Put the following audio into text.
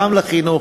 גם לחינוך,